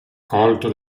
colto